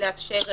לאפשר הפגנות.